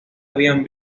habían